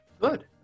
Good